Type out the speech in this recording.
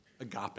agape